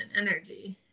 energy